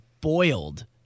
boiled